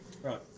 Right